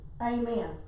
Amen